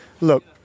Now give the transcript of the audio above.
Look